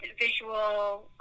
visual